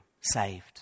saved